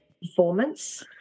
performance